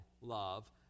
love